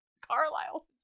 Carlisle